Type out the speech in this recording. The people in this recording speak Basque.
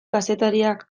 kazetariak